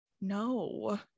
no